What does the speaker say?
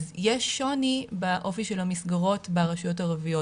אז יש שוני באופי של המסגרות ברשויות הערביות.